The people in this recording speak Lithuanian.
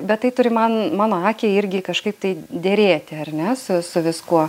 bet tai turi man mano akiai irgi kažkaip tai derėti ar ne su su viskuo